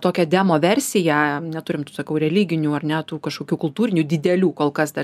tokią demo versiją neturim tų tokių religinių ar ne tų kažkokių kultūrinių didelių kol kas dar